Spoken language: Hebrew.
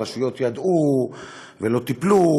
הרשויות ידעו ולא טיפלו,